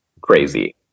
crazy